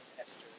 Esther